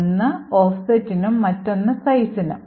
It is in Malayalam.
ഒന്ന് offsetനും മറ്റൊന്ന് sizeനും